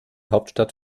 hauptstadt